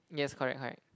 yes correct correct